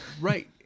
Right